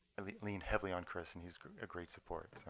i leaned heavily on chris and he's a great support. oh,